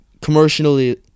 commercially